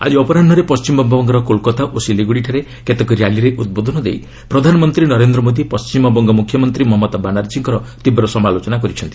ଆକି ଅପରାହ୍କରେ ପଣ୍ଢିମବଙ୍ଗର କୋଲକାତା ଓ ସିଲିଗୁଡ଼ିଠାରେ କେତେକ ର୍ୟାଲିରେ ଉଦ୍ବୋଧନ ଦେଇ ପ୍ରଧାନମନ୍ତ୍ରୀ ନରେନ୍ଦ୍ର ମୋଦି ପଣ୍ଢିମବଙ୍ଗ ମୁଖ୍ୟମନ୍ତ୍ରୀ ମମତା ବାନାର୍ଜୀଙ୍କର ତୀବ୍ର ସମାଲୋଚନା କରିଛନ୍ତି